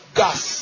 gas